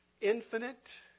infinite